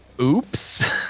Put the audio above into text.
oops